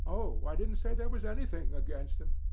oh, i didn't say there was anything against him.